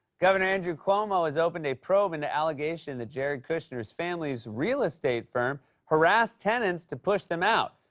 governor andrew cuomo has opened a probe into allegations that jared kushner's family's real-estate firm harassed tenants to push them out.